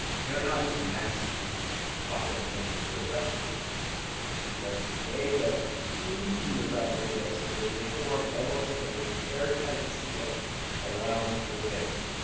they're not even masks by definition, they're respirators because they go completely around your face. they they form almost a air-tight seal around your face,